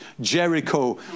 jericho